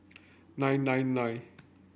nine nine nine